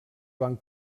van